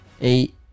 eight